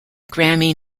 grammy